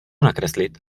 nakreslit